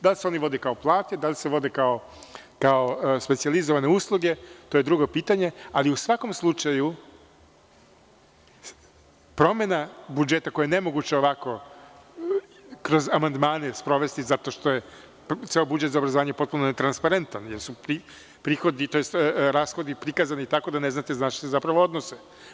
Da li se oni vode kao plate, da li se vode kao specijalizovane usluge, to je drugo pitanje, ali u svakom slučaju promena budžeta koji je nemoguće ovako kroz amandmane sprovesti zato što je budžet za obrazovanje potpuno netransparentan, jer su prihodi, tj. rashodi prikazani tako da ne znate zapravo odnose.